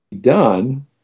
done